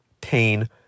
pain